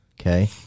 okay